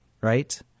right